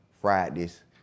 Fridays